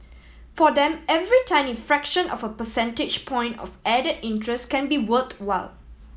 for them every tiny fraction of a percentage point of added interest can be worthwhile